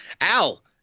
Al